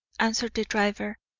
answered the driver,